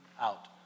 out